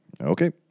Okay